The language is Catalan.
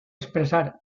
expressar